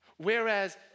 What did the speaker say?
Whereas